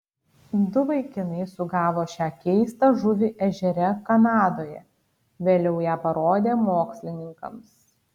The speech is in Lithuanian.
du vaikinai sugavo šią keistą žuvį ežere kanadoje vėliau ją parodė mokslininkams